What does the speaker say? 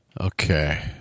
Okay